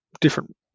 different